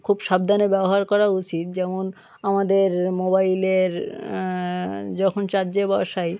খুব সাবধানে ব্যবহার করা উচিত যেমন আমাদের মোবাইলের যখন চার্জে বসাই